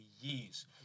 years